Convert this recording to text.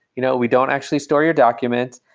you know we don't actually store your documents,